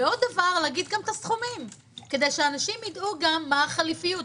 וגם להגיד את הסכומים שאנשים יידעו מה החליפיות.